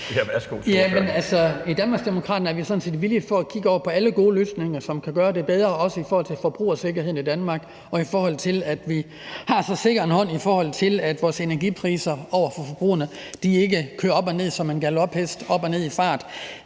(DD): I Danmarksdemokraterne er vi sådan set villige til at kigge på alle gode løsninger, som kan gøre det bedre, både i forhold til forbrugersikkerheden i Danmark, og i forhold til at vi har en sikker hånd, så vores energipriser for forbrugerne ikke kører op og ned med samme fart